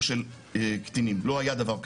אז אי אפשר לטעון שאין פתרונות